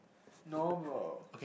no bro